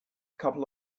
couple